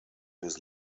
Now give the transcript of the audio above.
his